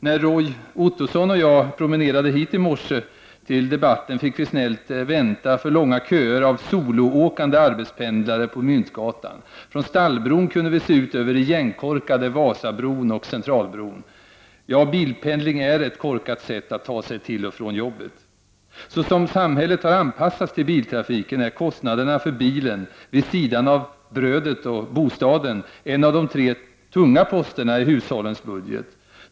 När Roy Ottosson och jag promenerade hit i morse fick vi snällt vänta för långa köer av soloåkande arbetspendlare på Myntgatan. Från Stallbron kunde vi se ut över igenkorkade Vasabron och Centralbron. Bilpendling är ett korkat sätt att ta sig till och från jobbet. Såsom samhället har anpassats till biltrafiken är kostnaderna för bilen, vid sidan av ”brödet” och bostaden, en av de tre tunga posterna i hushållens budget.